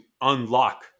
unlock